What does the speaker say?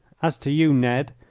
as to you, ned,